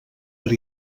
per